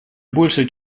больше